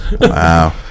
wow